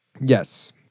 Yes